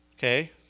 Okay